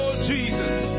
Jesus